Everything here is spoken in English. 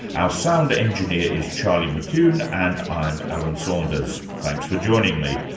our sound engineer is charlie mccune and i'm alan saunders. thanks for joining me.